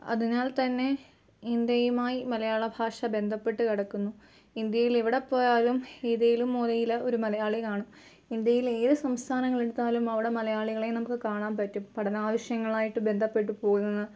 അതിനാൽത്തന്നെ ഇന്ത്യയുമായി മലയാളഭാഷ ബന്ധപ്പെട്ടു കിടക്കുന്നു ഇന്ത്യയിലെവിടെപ്പോയാലും ഏതേലും മൂലയില് ഒരു മലയാളി കാണും ഇന്ത്യയിലേത് സംസ്ഥാനങ്ങളെടുത്താലും അവിടെ മലയാളികളെ നമുക്ക് കാണാന് പറ്റും പഠനാവശ്യങ്ങളായിട്ട് ബന്ധപ്പെട്ട് പോകുന്ന